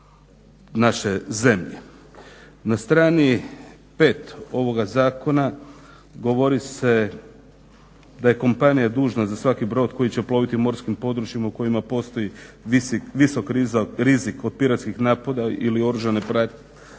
Na strani pet ovoga zakona govori se da je kompanija dužna za svaki brod koji će ploviti morskim područjima u kojima postoji visok rizik od piratskih napada ili oružane pljačke